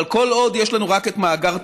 אבל כל עוד יש לנו רק את מאגר תמר,